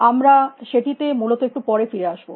আমরা সেটি তে মূলত একটু পরে ফিরে আসব